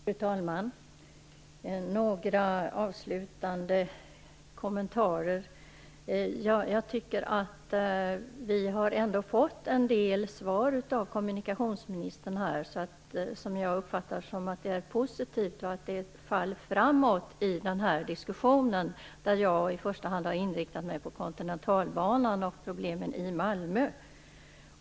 Fru talman! Jag skall göra några avslutande kommentarer. Jag tycker ändå att vi har fått en del svar av kommunikationsministern som jag uppfattar som positiva och som ett fall framåt i denna diskussion, där jag i första hand har inriktad mig på frågan om Kontinentalbanan och problemen i Malmö.